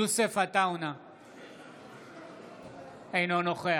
אינו נוכח